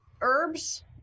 Herbs